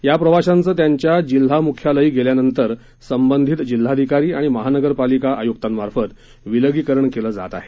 या प्रवाशांचं त्यांच्या जिल्हा मुख्यालयी गेल्यानंतर संबंधित जिल्हाधिकारी आणि महानगरपालिका आयुक्तांमार्फत विलिगीकरण केलं जात आहे